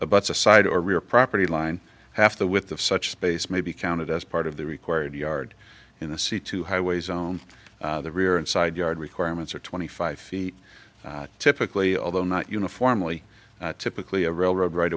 about the side or rear property line half the width of such space may be counted as part of the required yard in the c two highways on the rear and side yard requirements are twenty five feet typically although not uniformly typically a railroad right